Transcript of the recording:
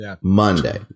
Monday